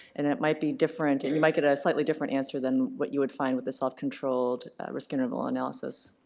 and it might be different, and you might get a slightly different answer than what you would find with the self-controlled risk interval analysis?